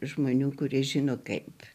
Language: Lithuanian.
žmonių kurie žino kaip